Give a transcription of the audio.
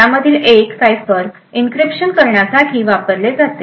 यामधील एक cipher encryption करण्यासाठी वापरले जाते